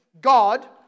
God